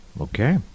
Okay